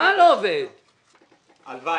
הלוואי.